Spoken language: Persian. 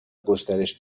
گسترش